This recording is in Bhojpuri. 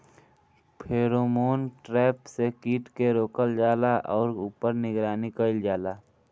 फेरोमोन ट्रैप से कीट के रोकल जाला और ऊपर निगरानी कइल जाला?